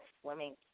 swimming